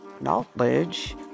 knowledge